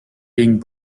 being